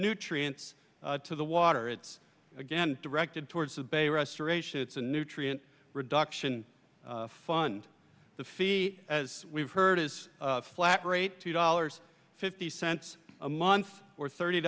nutrients to the water it's again directed towards the bay restoration it's a nutrient reduction fund the fee as we've heard is flat rate two dollars fifty cents a month or thirty